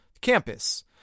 campus